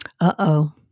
uh-oh